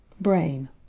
Brain